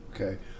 okay